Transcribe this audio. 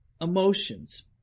emotions